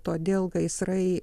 todėl gaisrai